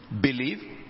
believe